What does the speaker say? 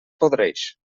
podreix